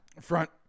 Front